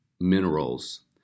minerals